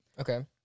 Okay